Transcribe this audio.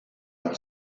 per